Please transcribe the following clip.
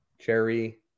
cherry